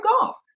golf